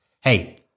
Hey